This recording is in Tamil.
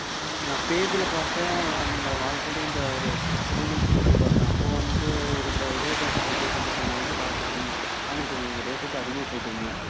நான் பேஜியில் பார்த்தேன் நீங்கள் ஆல்ரெடி ஒரு டூ மந்த்துக்கு முன்னாடி பார்த்தேன் அப்போ வந்து இருந்த இதே பேக்கேஜில் போயிட்டு வந்துருக்காங்க அது வந்து காஸ்ட்டு கம்மி ஆனால் இப்போ நீங்கள் ரேட் வந்து அதிகமாக சொல்கிறிங்க